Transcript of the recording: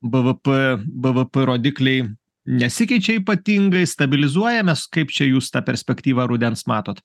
bvp bvp rodikliai nesikeičia ypatingai stabilizuojamės kaip čia jūs tą perspektyvą rudens matot